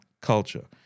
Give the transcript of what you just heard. culture